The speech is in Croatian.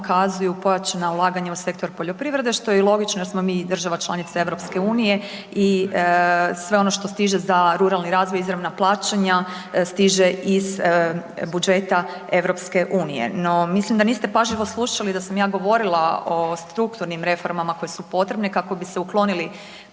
pojačana ulaganja u sektor poljoprivrede, što je i logično jer smo mi i država članica EU-a i sve ono što stiže za ruralni razvoj i izravna plaćanja, stiže iz budžeta EU-a. No mislim da niste pažljivo slušali da sam ja govorila o strukturnim reformama koje su potrebne kako bi se uklonili